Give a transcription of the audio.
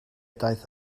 daeth